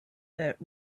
that